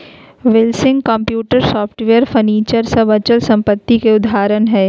buildings, computer, software, furniture सब अचल संपत्ति के उदाहरण हय